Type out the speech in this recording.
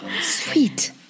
Sweet